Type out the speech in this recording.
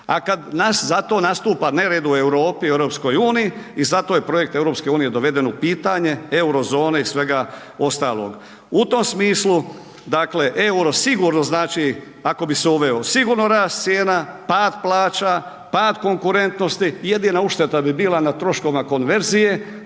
A kad nas za to nastupa nered u Europi, EU-u, i zato je projekt EU-a doveden u pitanje euro zone i svega ostalog. U tom smislu, dakle euro sigurno znači ako bi se uveo, sigurno rast cijena, pad plaća, pad konkurentnosti, jedina ušteda bi bila na troškovima konverzije,